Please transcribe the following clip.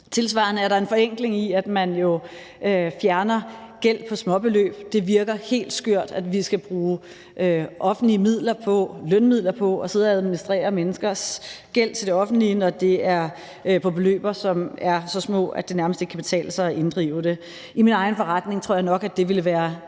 Tilsvarende er der en forenkling i, at man jo fjerner gæld på småbeløb. Det virker helt skørt, at vi skal bruge offentlige lønmidler på at sidde og administrere menneskers gæld til det offentlige, når det er beløb, som er så små, at det nærmest ikke kan betale sig at inddrive den. I min egen forretning tror jeg nok at det ville være sådan